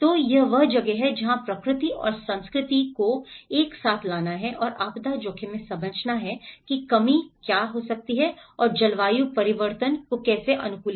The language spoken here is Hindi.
तो यह वह जगह है जहाँ प्रकृति और संस्कृति को एक साथ लाना है और आपदा जोखिम में समझना है कमी और जलवायु परिवर्तन अनुकूलन